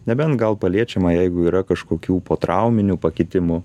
nebent gal paliečiama jeigu yra kažkokių potrauminių pakitimų